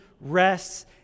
rests